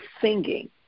singing